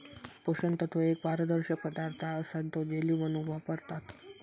पोषण तत्व एक पारदर्शक पदार्थ असा तो जेली बनवूक वापरतत